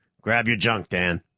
grab your junk, dan.